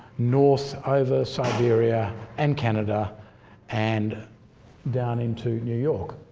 north over siberia and canada and down into new york.